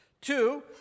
Two